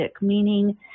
meaning